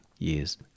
years